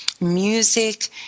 music